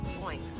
point